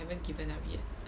I haven't given up yet